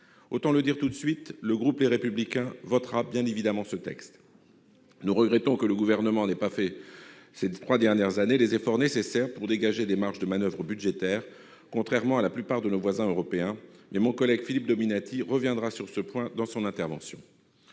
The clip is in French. Autant le dire tout de suite, le groupe Les Républicains votera bien évidemment ce texte. Nous regrettons que le Gouvernement n'ait pas fait ces trois dernières années les efforts nécessaires pour dégager des marges de manoeuvre budgétaires, contrairement à la plupart de nos voisins européens, mais mon collègue Philippe Dominati reviendra sur ce point au cours de son intervention.